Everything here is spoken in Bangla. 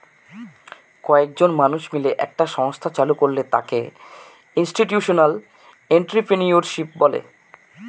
কয়েকজন মানুষ মিলে একটা সংস্থা চালু করলে তাকে ইনস্টিটিউশনাল এন্ট্রিপ্রেনিউরশিপ বলে